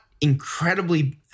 incredibly